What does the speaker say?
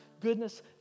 goodness